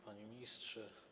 Panie Ministrze!